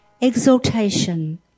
exaltation